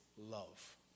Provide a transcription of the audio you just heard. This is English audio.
love